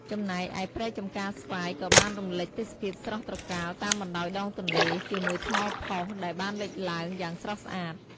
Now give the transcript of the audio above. ចំណែកឯព្រៃចំការស្វាយ ក៏បានរំលេចទេសភាពស្រស់ត្រកាល តាមបណ្តោយដងទន្លេ ជាមួយថ្មផុសដែលបានលេចឡើង យ៉ាងស្រស់ស្អាត។